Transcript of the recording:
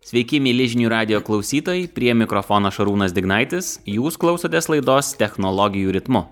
sveiki mieli žinių radijo klausytojai prie mikrofono šarūnas dignaitis jūs klausotės laidos technologijų ritmu